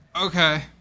okay